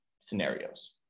scenarios